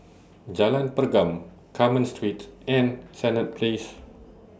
Jalan Pergam Carmen Street and Senett Place